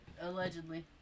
Allegedly